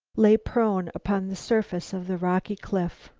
lay prone upon the surface of the rocky cliff.